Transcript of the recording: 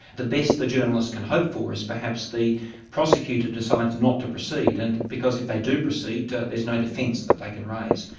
the best the journalist can hope for is perhaps the prosecutor decides not to proceed, and because if they do proceed there is no defence that they can raise.